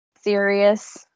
serious